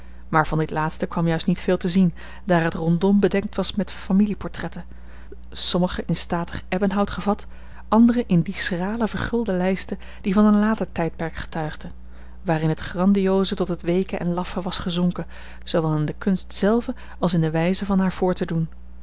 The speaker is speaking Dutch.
maar van dit laatste kwam juist niet veel te zien daar het rondom bedekt was met familieportretten sommigen in statig ebbenhout gevat anderen in die schrale vergulde lijsten die van een later tijdperk getuigden waarin het grandiose tot het weeke en laffe was gezonken zoowel in de kunst zelve als in de wijze van haar voor te doen